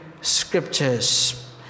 scriptures